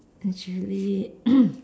actually